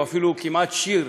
או אפילו כמעט שיר,